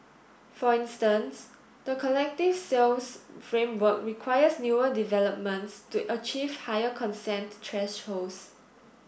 for instance the collective sales framework requires newer developments to achieve higher consent thresholds